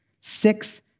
six